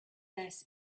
less